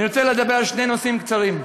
אני רוצה לדבר על שני נושאים קצרים.